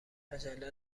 عجله